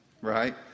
right